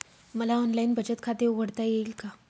मला ऑनलाइन बचत खाते उघडता येईल का?